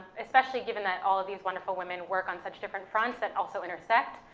especially given that all of these wonderful women work on such different fronts that also intersect.